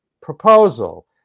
proposal